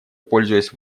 пользуясь